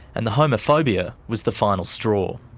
and the homophobia was the final straw.